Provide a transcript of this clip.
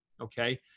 Okay